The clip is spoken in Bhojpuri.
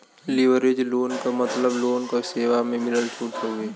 लिवरेज लोन क मतलब लोन क सेवा म मिलल छूट हउवे